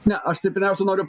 na aš tai pirmiausia noriu